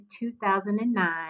2009